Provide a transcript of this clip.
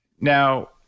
Now